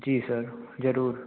जी sir जरूर